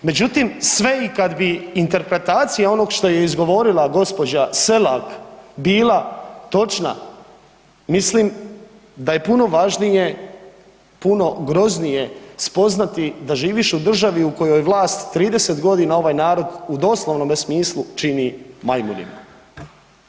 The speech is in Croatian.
Međutim, sve i kad bi interpretacija onog što je izgovorila gđa. Selak bila točna, mislim da je puno važnije, puno groznije spoznati da živiš u državi u kojoj vlast 30.g. ovaj narod u doslovnome smislu čini majmunima.